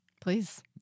Please